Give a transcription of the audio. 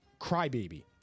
crybaby